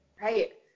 Right